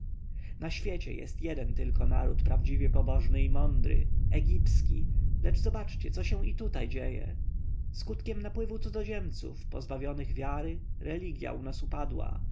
na świecie jest jeden tylko naród prawdziwie pobożny i mądry egipski lecz zobaczcie co się i tutaj dzieje skutkiem napływu cudzoziemców pozbawionych wiary religja u nas upadła